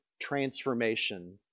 transformation